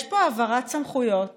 יש פה העברת סמכויות